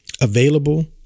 available